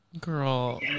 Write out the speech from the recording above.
Girl